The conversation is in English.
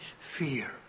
fear